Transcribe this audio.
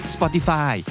Spotify